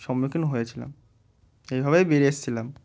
সম্মুখীন হয়েছিলাম এইভাবেই বেরিয়ে এসেছিলাম